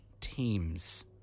teams